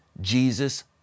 Jesus